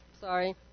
Sorry